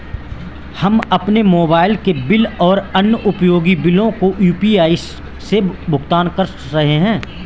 हम अपने मोबाइल के बिल और अन्य उपयोगी बिलों को यू.पी.आई से भुगतान कर रहे हैं